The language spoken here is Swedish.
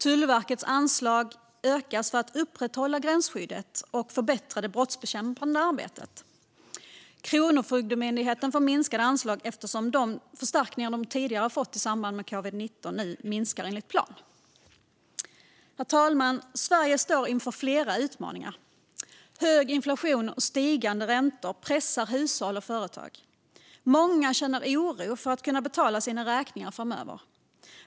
Tullverkets anslag ökas för att upprätthålla gränsskyddet och förbättra det brottsbekämpande arbetet. Kronofogdemyndigheten får minskade anslag eftersom de förstärkningar de tidigare fått i samband med covid-19 nu minskar enligt plan. Herr talman! Sverige står inför flera utmaningar. Hög inflation och stigande räntor pressar hushåll och företag. Många känner oro över hur de ska kunna betala sina räkningar framöver.